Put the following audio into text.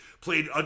played